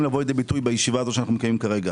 לבוא לידי ביטוי בישיבה שאנחנו מקיימים כרגע.